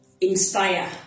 inspire